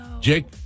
Jake